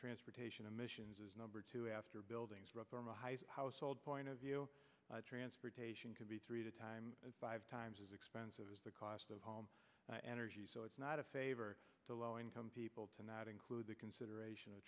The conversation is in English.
transportation emissions is number two after building household point of view transportation could be three to time five times as expensive as the cost of home energy so it's not a favor to low income people to not include the consideration of